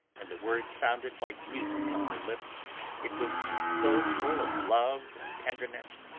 and the word sounded like music on her lips it was so full of love and tenderness,